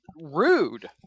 Rude